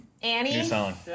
Annie